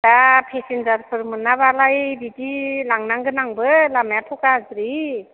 दा पेसेन्जारफोर मोनाबालाय बिदि लांनांगोन आंबो लामायाथ' गाज्रि